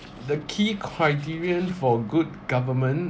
the key criterion for good government